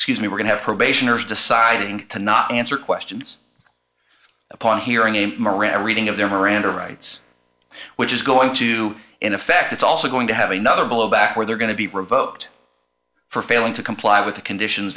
excuse me we're going to have probationers deciding to not answer questions upon hearing a miranda reading of their miranda rights which is going to in effect it's also going to have another blowback where they're going to be revoked for failing to comply with the conditions